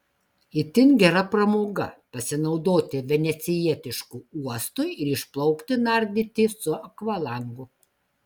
itin gera pramoga pasinaudoti venecijietišku uostu ir išplaukti nardyti su akvalangu